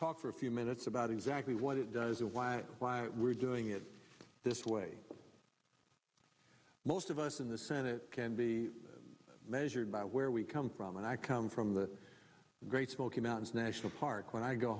talk for a few minutes about exactly what it does a why why we're doing it this way most of us in the senate can be measured by where we come from and i come from the great smoky mountains national park when i go